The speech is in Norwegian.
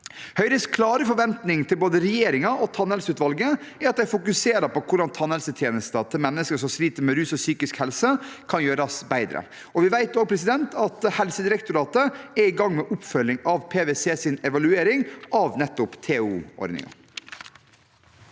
Høyres klare forventning til både regjeringen og tannhelseutvalget er at de fokuserer på hvordan tannhelsetjenesten til mennesker som sliter med rus og psykisk helse, kan gjøres bedre. Vi vet også at Helsedirektoratet er i gang med oppfølging av evalueringen fra PwC av nettopp TOO-ordningen.